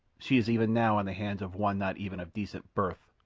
she is even now in the hands of one not even of decent birth,